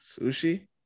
Sushi